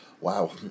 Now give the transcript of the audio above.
wow